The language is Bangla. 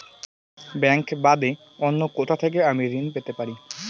ব্যাংক বাদে অন্য কোথা থেকে আমি ঋন পেতে পারি?